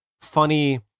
funny